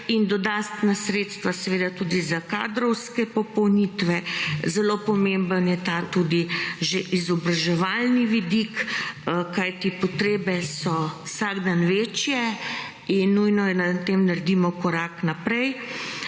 in dodatno sredstva seveda tudi za kadrovske popolnitve. Zelo pomemben je ta tudi že izobraževalni vidik, kajti potrebe so vsak dan večje in nujno je, da na tem naredimo korak naprej.